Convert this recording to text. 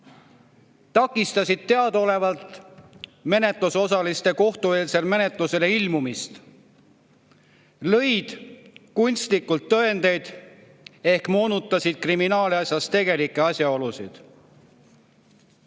takistasid teadaolevalt menetlusosaliste kohtueelsele menetlusele ilmumist, lõid kunstlikult tõendeid ehk moonutasid kriminaalasjas tegelikke asjaolusid.